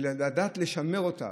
לדעת לשמר אותה,